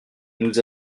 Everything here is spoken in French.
nous